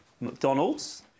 McDonald's